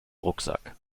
rucksack